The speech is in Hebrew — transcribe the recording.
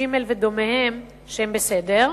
gmail ודומיהם, שהם בסדר,